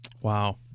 Wow